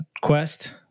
quest